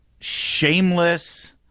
shameless